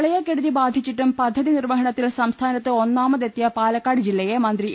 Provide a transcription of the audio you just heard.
പ്രളയക്കെടുതി ബാധിച്ചിട്ടും പദ്ധതി നിർവഹണത്തിൽ സംസ്ഥാനത്ത് ഒന്നാമതെത്തിയ പാലക്കാട് ജില്ലയെ മന്ത്രി എ